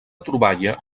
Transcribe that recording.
troballa